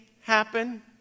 happen